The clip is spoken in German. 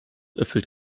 erfüllt